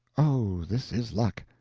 oh, this is luck!